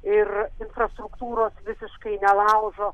ir infrastruktūros visiškai nelaužo